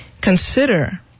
consider